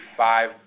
five